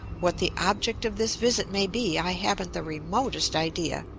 what the object of this visit may be i haven't the remotest idea,